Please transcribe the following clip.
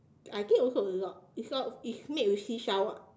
I think also a lot it all it's made with seashell [what]